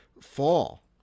fall